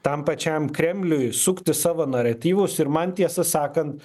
tam pačiam kremliui sukti savo naratyvus ir man tiesą sakan